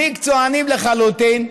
מקצוענים לחלוטין,